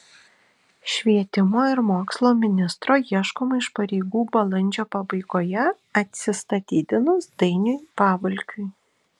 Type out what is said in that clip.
švietimo ir mokslo ministro ieškoma iš pareigų balandžio pabaigoje atsistatydinus dainiui pavalkiui